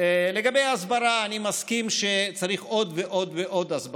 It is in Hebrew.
לנתח מצבים ועוזרים לנו מאוד.